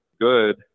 good